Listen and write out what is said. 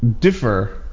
Differ